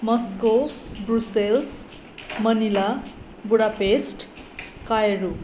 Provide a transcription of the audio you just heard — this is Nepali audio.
Moscow Brussels Manila Budapest Kryo